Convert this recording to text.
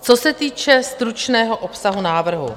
Co se týče stručného obsahu návrhu.